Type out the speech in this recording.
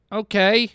okay